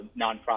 nonprofit